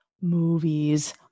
movies